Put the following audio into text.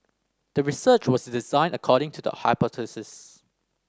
the research was designed according to the hypothesis